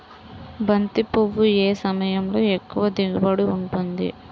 బంతి పువ్వు ఏ సమయంలో ఎక్కువ దిగుబడి ఉంటుంది?